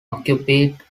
occupied